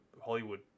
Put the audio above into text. Hollywood